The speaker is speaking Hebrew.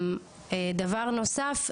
דבר נוסף,